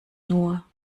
nur